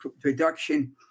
production